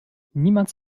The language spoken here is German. niemand